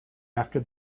after